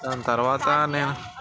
దాని తర్వాత నేను